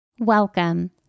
Welcome